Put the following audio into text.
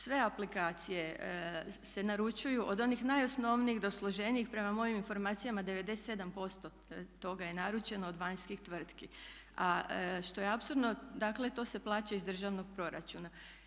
Sve aplikacije se naručuju od onih najosnovnijih do složenijih, prema mojim informacijama 97% toga je naručeno od vanjskih tvrtki a što je apsurdno, dakle to se plaća iz državnog proračuna.